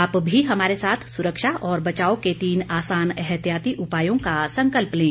आप भी हमारे साथ सुरक्षा और बचाव के तीन आसान एहतियाती उपायों का संकल्प लें